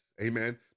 Amen